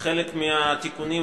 התש"ע 2010,